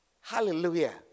Hallelujah